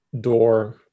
door